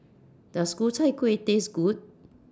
Does Ku Chai Kueh Taste Good